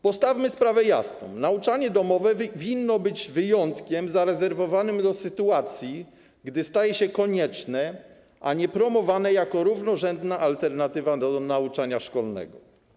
Postawmy sprawę jasno: nauczanie domowe winno być wyjątkiem zarezerwowanym dla sytuacji, gdy staje się konieczne, a nie powinno być promowane jako równorzędna alternatywa dla nauczania szkolnego.